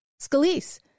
Scalise